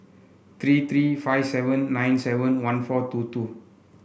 three three five seven nine seven one four two two